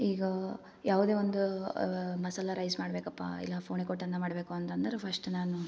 ಈಗ ಯಾವುದೇ ಒಂದು ಮಸಾಲೆ ರೈಸ್ ಮಾಡ್ಬೇಕಪ್ಪ ಇಲ್ಲ ಫುನೆಕೋಟ್ ಅನ್ನ ಮಾಡ್ಬೇಕು ಅಂತಂದ್ರೆ ಫಸ್ಟ್ ನಾನು